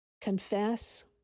confess